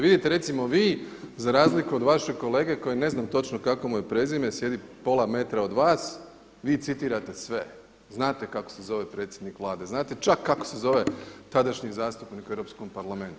Vidite recimo vi za razliku od vašeg kolege kojem ne znam točno kako mu je prezime, sjedi pola metra od vas, vi citirate sve, znate kako se zove predsjednik Vlade, znate čak kako se zove tadašnji zastupnik u Europskom parlamentu.